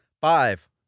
Five